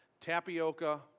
tapioca